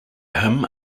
him